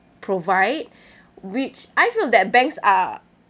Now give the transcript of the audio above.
provide which I feel that banks are